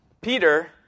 Peter